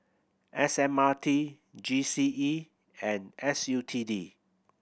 S M R T G C E and S U T D